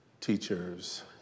teachers